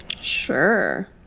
Sure